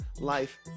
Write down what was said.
life